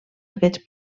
aquests